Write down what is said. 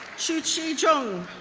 chuqi zheng,